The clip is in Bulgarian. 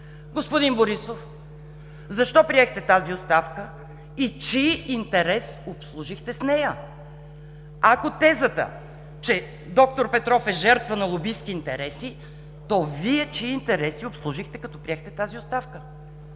Господин Борисов, защо приехте тази оставка и чий интерес обслужихте с нея? Ако тезата, че д-р Петров е жертва на лобистки интереси, то Вие чии интереси обслужихте като приехте тази оставка?